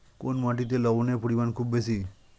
কোন মাটিতে লবণের পরিমাণ খুব বেশি?